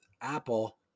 Apple